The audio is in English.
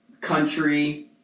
country